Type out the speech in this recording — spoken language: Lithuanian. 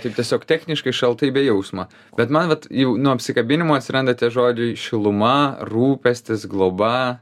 taip tiesiog techniškai šaltai be jausmo bet man vat jau nuo apsikabinimo atsiranda tie žodžiai šiluma rūpestis globa